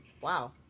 Wow